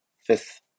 Fifth